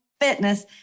fitness